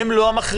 הם לא המכריעים.